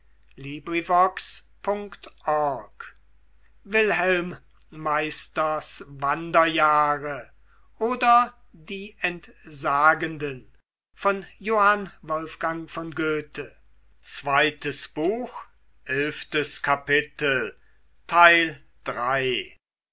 wilhelm meisters wanderjahre oder die entsagenden